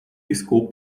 piscou